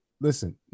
listen